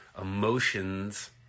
emotions